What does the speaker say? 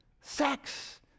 Sex